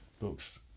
books